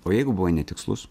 o jeigu buvai netikslus